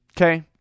okay